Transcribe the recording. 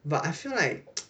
but I feel like